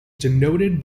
denoted